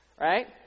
right